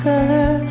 color